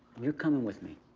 you're coming with me.